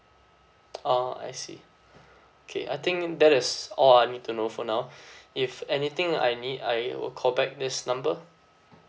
ah I see okay I think that is all I need to know for now if anything I need I will call back this number